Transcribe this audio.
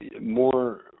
more